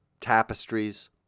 Tapestries